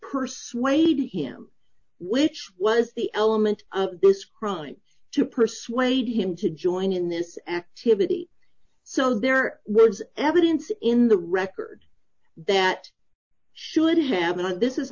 persuade him which was the element of this crime to persuade him to join in this activity so there was evidence in the record that should have been and this is